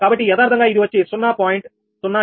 కాబట్టి యదార్ధంగా ఇది వచ్చి 0